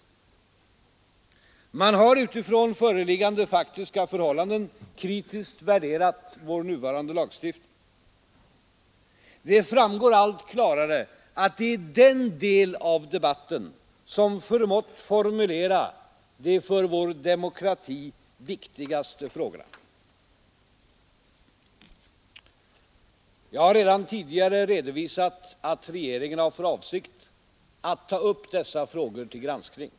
Man har utifrån föreliggande faktiska förhållanden kritiskt värderat vår nuvarande lagstiftning. Det framgår allt klarare att det är den del av debatten som förmått formulera de för vår demokrati viktigaste frågorna. Jag har redan tidigare redovisat att regeringen har för avsikt att ta upp dessa frågor till granskning.